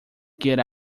get